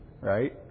right